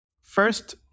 First